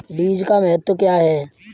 बीज का महत्व क्या है?